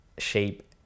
shape